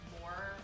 more